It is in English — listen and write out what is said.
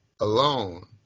alone